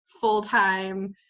full-time